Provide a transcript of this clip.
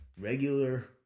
regular